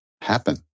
happen